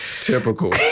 Typical